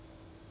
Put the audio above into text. tendered